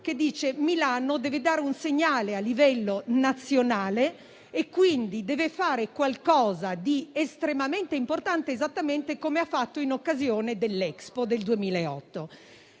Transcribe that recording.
Sala dire che Milano deve dare un segnale a livello nazionale e deve fare qualcosa di estremamente importante, esattamente come ha fatto in occasione dell'Expo del 2015.